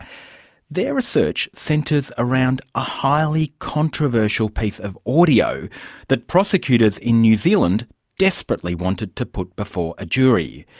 their research centres around a highly controversial piece of audio that prosecutors in new zealand desperately wanted to put before a jury.